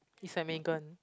it's like Megan